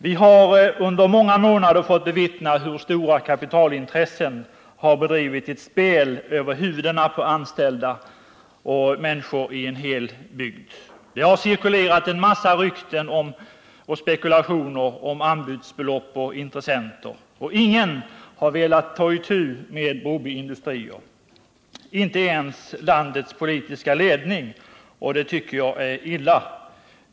Vi har under många månader fått bevittna hur stora kapitalintressen drivit sitt spel över huvudena på de anställda och på människorna i en hel bygd. Det har cirkulerat en mängd rykten och spekulationer om anbudsbelopp och intressenter. Ingen har velat ta itu med Broby Industrier, inte ens landets politiska ledning. Det tycker jag är illa.